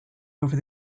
over